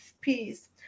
peace